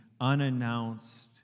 unannounced